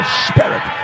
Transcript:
spirit